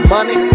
Money